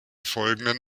folgenden